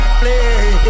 play